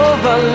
Over